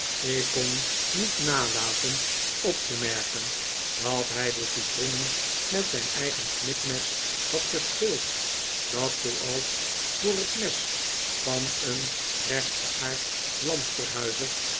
ik kon niet nalaten op te merken dat hij de citroenen met zijn eigen knipmes had geschild dat zooals voor het mes van een rechtgeaard